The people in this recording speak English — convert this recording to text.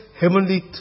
heavenly